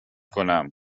کنم